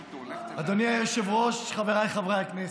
אדוני היושב-ראש, חבריי חברי הכנסת,